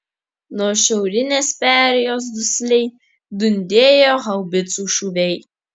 nuo šiaurinės perėjos dusliai dundėjo haubicų šūviai